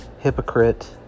Hypocrite